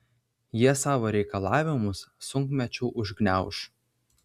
jie savo reikalavimus sunkmečiu užgniauš